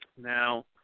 Now